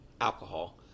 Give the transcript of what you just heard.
alcohol